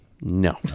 No